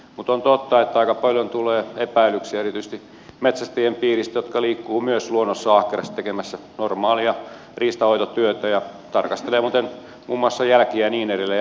mutta on totta että aika paljon tulee epäilyksiä erityisesti metsästäjien piiristä jotka liikkuvat myös luonnossa ahkerasti tekemässä normaalia riistanhoitotyötä ja tarkastelevat muuten muun muassa jälkiä ja niin edelleen